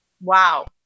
Wow